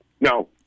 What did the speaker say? No